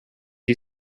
you